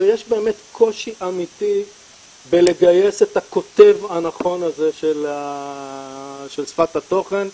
יש באמת קושי אמיתי בלגייס את הכותב הנכון הזה של שפת התוכן.